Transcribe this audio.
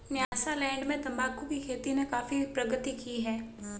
Nyasaland में तंबाकू की खेती ने काफी प्रगति की है